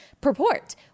purport